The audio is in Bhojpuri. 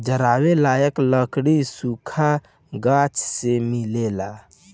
जरावे लायक लकड़ी सुखल गाछ से मिलेला